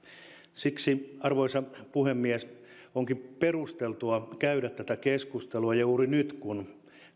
siksi arvoisa puhemies onkin perusteltua käydä tätä keskustelua juuri nyt kun